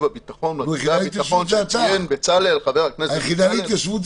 הביטחון שציין חבר הכנסת בצלאל סמוטריץ'.